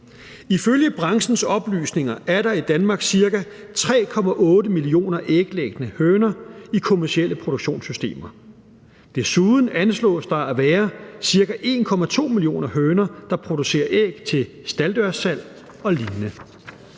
Ifølge branchens oplysninger er der i Danmark ca. 3,8 millioner æglæggende høner i kommercielle produktionssystemer. Desuden anslås der at være ca. 1,2 millioner høner, der producerer æg til stalddørssalg og lignende.